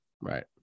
right